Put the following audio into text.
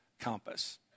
compass